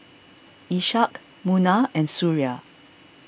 Ishak Munah and Suria